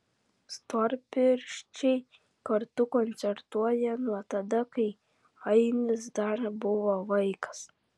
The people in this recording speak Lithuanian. storpirščiai kartu koncertuoja nuo tada kai ainis dar buvo vaikas